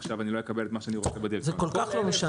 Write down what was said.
מה יקרה אם עכשיו אני לא אקבל את מה שאני -- זה כל-כך לא משנה.